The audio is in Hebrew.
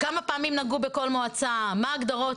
כמה פעמים נגעו בכל מועצה, מה ההגדרות.